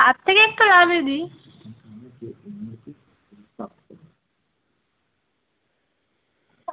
তার থেকে একটু লাভে দিই